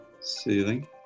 ceiling